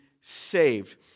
saved